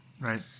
right